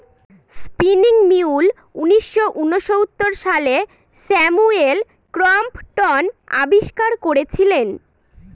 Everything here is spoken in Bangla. স্পিনিং মিউল উনিশশো ঊনসত্তর সালে স্যামুয়েল ক্রম্পটন আবিষ্কার করেছিলেন